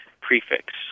prefix